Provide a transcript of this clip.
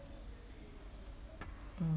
mm